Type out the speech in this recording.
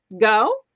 go